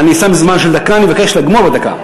אני שם זמן של דקה ומבקש לגמור בדקה.